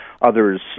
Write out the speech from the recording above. others